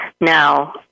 Now